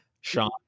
Sean